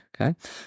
okay